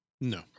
No